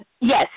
yes